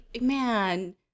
Man